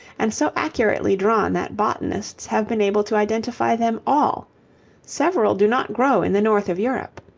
and so accurately drawn that botanists have been able to identify them all several do not grow in the north of europe.